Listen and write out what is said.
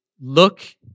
look